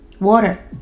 Water